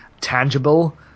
tangible